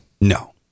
No